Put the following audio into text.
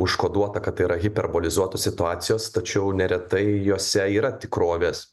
užkoduota kad yra hiperbolizuotos situacijos tačiau neretai jose yra tikrovės